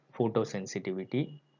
photosensitivity